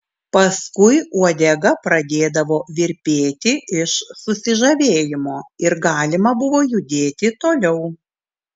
paskui uodega pradėdavo virpėti iš susižavėjimo ir galima buvo judėti toliau